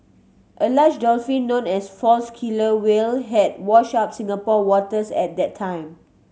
a large dolphin known as false killer whale had washed up Singapore waters at that time